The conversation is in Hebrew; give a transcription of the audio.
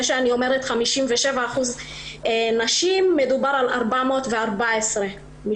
זה שאני אומרת 57% נשים מדובר על 414 משתתפות,